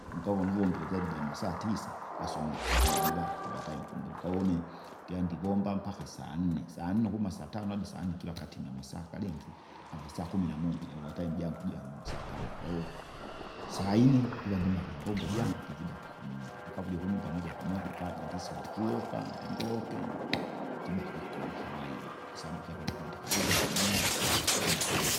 Ungavona uvombile zaidi ja masaa tisa, basi umkuna kutive ova taimu kumbombo. Kaune ndyandivomba mpaka sanne, sanne ukuma satano adi sanne kiva katinga masaa akalinga amasaa kumi na moja ova taimu jangu java nyamasaa, kwauwo sainne ndiva ndimale imbombo jangu ndivujaga, ndikavuje kunyumba moja kwa moja pala jindisika ndikuwoka, ndingoke ndiba kwikona kawaida, kwasabu ikyakurya ndiva ndikali ikyapamie ndiva ndimali.